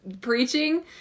preaching